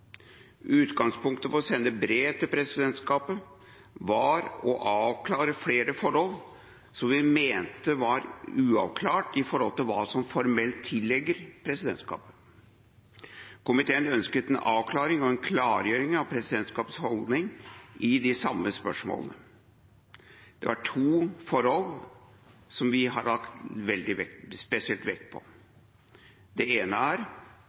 Utgangspunktet for å sende brev til presidentskapet var å avklare flere forhold som vi mente var uavklarte med hensyn til hva som formelt tilligger presidentskapet. Komiteen ønsket en avklaring og en klargjøring av presidentskapets holdning til de samme spørsmålene. Det er to forhold som vi spesielt har lagt vekt på. Det ene er